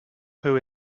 who